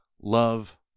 love